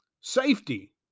Safety